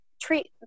treat